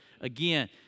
again